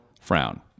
frown